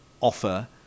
offer